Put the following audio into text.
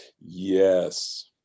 Yes